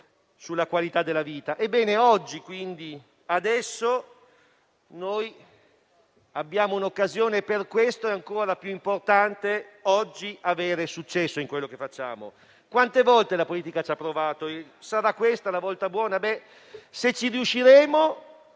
alla qualità della vita. Adesso abbiamo un'occasione e per questo oggi è ancora più importante avere successo in quello che facciamo. Quante volte la politica ci ha provato? Sarà questa la volta buona? Se ci riusciremo,